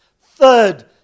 third